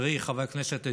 חברי חבר הכנסת ג'מעה.